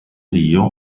rio